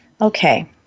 Okay